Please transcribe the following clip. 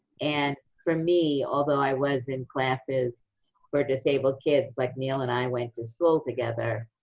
and for me, although i was in classes for disabled kids, like neil and i went to school together,